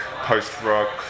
post-rock